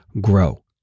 grow